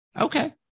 Okay